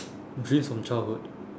dreams from childhood